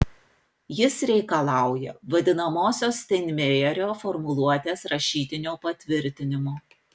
jis reikalauja vadinamosios steinmeierio formuluotės rašytinio patvirtinimo